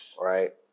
Right